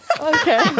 Okay